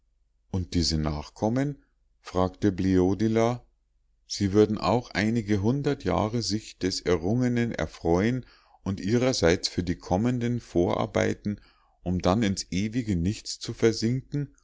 und diese nachkommen fragte bleodila sie würden auch einige hundert jahre sich des errungenen erfreuen und ihrerseits für die kommenden vorarbeiten um dann ins ewige nichts zu versinken